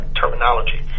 terminology